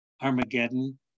Armageddon